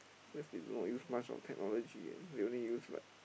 cause they do not use much of technology ah they only use like